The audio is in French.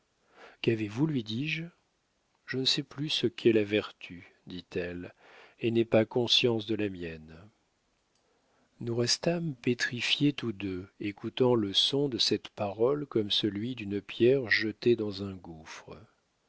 qu'avez-vous lui dis-je je ne sais plus ce qu'est la vertu dit-elle et n'ai pas conscience de la mienne nous restâmes pétrifiés tous deux écoutant le son de cette parole comme celui d'une pierre jetée dans un gouffre